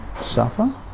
suffer